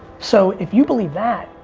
so, if you believe that,